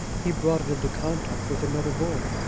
he brought it into contact with another boy.